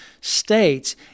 states